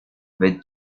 with